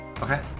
Okay